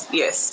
yes